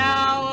Now